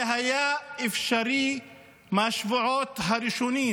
זה היה אפשרי מהשבועות הראשונים.